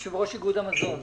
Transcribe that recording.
יושב-ראש איגוד המזון,